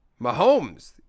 Mahomes